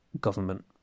government